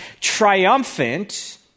triumphant